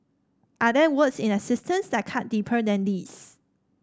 are there words in existence that cut deeper than these